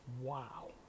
wow